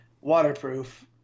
waterproof